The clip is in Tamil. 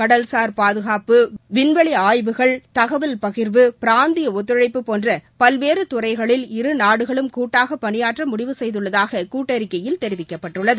கடல்சார் பாதுகாப்பு விண்வெளி ஆய்வுகள் தகவல் பகிர்வு பிராந்திய ஒத்துழைப்பு போன்ற பல்வேறு துறைகளில் இரு நாடுகளும் கூட்டாக பணியாற்ற முடிவு செய்துள்ளதாக கூட்டறிக்கையில் தெரிவிக்கப்பட்டுள்ளது